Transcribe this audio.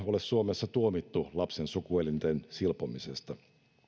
ole suomessa tuomittu lapsen sukuelinten silpomisesta